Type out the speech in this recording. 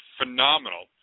phenomenal